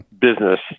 business